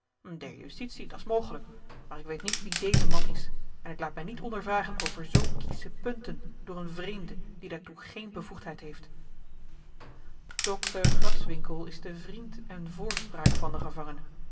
der justitie dat's mogelijk maar ik weet niet wie deze man is en ik laat mij niet ondervragen over zoo kiesche punten door een vreemde die daartoe geene bevoegdheid heeft dr graswinckel is de vriend en voorspraak van den gevangene